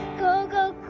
go go